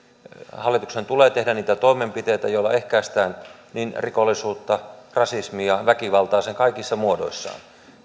hallituksen tulee tehdä niitä toimenpiteitä joilla ehkäistään niin rikollisuutta rasismia väkivaltaa sen kaikissa muodoissaan täällä